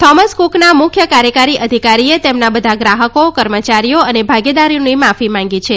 Thomas કુકનાં મુખ્ય કાર્યકારી અધિકારીએ તેમના બધા ગ્રાહકો કર્મચારીઓ અને ભાગીદારોની માફી માંગી છે